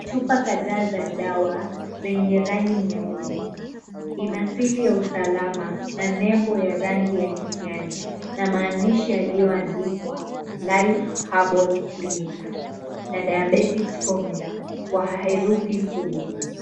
Chupa kadhaa za dawa zenye rangi nyeupe, ina sili ya usalama na nembo ya rangi ya kijani, na maandishi yaliyoandikwa, "LIFE HERBAL CLINIC", na "DIABETICS FORMULA" kwa herufi kubwa.